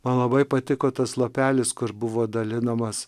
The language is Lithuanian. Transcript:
man labai patiko tas lapelis kur buvo dalinamas